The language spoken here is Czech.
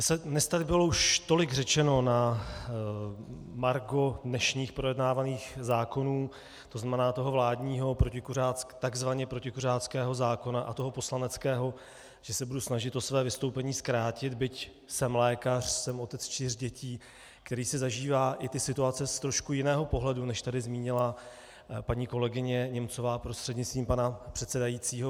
Dnes tady bylo už tolik řečeno na margo dnešních projednávaných zákonů, to znamená toho vládního, tzv. protikuřáckého zákona, a poslaneckého, že se budu snažit své vystoupení zkrátit, byť jsem lékař, jsem otec čtyř dětí, který si zažívá i ty situace z trošku jiného pohledu, než tady zmínila paní kolegyně Němcová prostřednictvím pana předsedajícího.